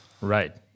Right